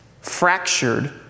fractured